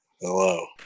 Hello